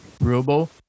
ruble